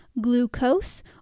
glucose